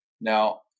Now